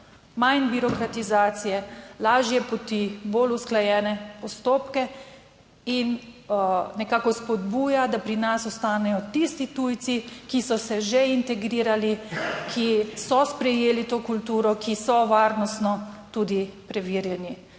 manj birokratizacije, lažje poti, bolj usklajene postopke in nekako spodbuja, da pri nas ostanejo tisti tujci, ki so se že integrirali, ki so sprejeli to kulturo, ki so varnostno tudi preverjeni.